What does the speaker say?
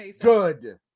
good